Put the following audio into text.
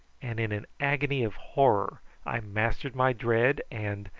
and in an agony of horror i mastered my dread, and,